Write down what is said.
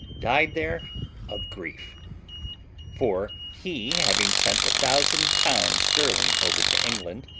died there of grief for he having sent a thousand pounds sterling over to england,